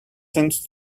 sense